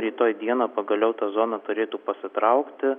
rytoj dieną pagaliau ta zona turėtų pasitraukti